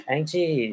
Angie